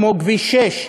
כמו לגבי כביש 6,